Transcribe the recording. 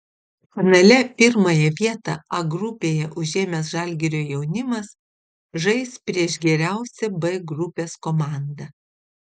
finale pirmąją vietą a grupėje užėmęs žalgirio jaunimas žais prieš geriausią b grupės komandą